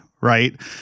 right